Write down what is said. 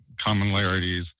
commonalities